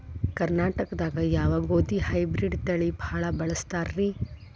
ಕರ್ನಾಟಕದಾಗ ಯಾವ ಗೋಧಿ ಹೈಬ್ರಿಡ್ ತಳಿ ಭಾಳ ಬಳಸ್ತಾರ ರೇ?